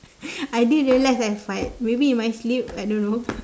I didn't realise I fart maybe in my sleep I don't know